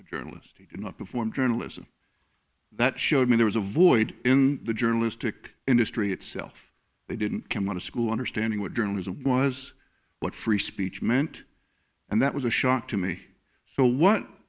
a journalist who did not perform journalism that showed me there was a void in the journalistic industry itself they didn't come out of school understanding what journalism was what free speech meant and that was a shock to me so what